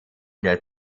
der